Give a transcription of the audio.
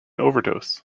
overdose